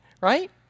right